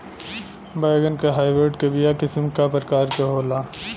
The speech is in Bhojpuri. बैगन के हाइब्रिड के बीया किस्म क प्रकार के होला?